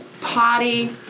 potty